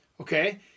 okay